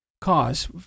cause